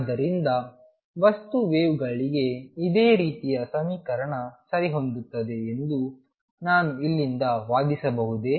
ಆದ್ದರಿಂದ ವಸ್ತು ವೇವ್ಗಳಿಗೆ ಇದೇ ರೀತಿಯ ಸಮೀಕರಣ ಸರಿಹೊಂದುತ್ತದೆ ಎಂದು ನಾನು ಇಲ್ಲಿಂದ ವಾದಿಸಬಹುದೇ